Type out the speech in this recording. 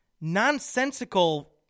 nonsensical